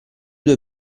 due